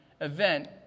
event